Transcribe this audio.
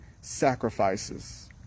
sacrifices